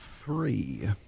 three